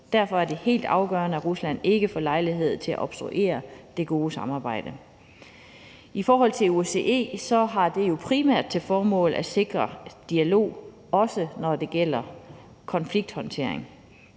Derfor er det helt afgørende, at Rusland ikke får lejlighed til at obstruere det gode samarbejde. I forhold til OSCE har det jo primært til formål at sikre dialog, også når det gælder konflikthåndtering.